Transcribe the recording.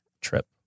trip